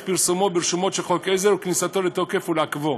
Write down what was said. פרסומו ברשומות של חוק העזר וכניסתו לתוקף ולעכבו.